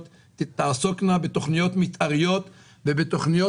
תעסוקנה בתוכניות מתאר גדולות ולא בתוכניות